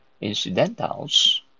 incidentals